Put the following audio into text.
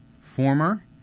former